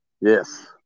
Yes